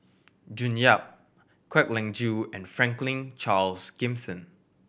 June Yap Kwek Leng Joo and Franklin Charles Gimson